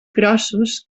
grossos